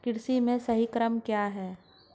कृषि में सही क्रम क्या है?